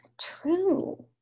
true